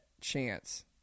chance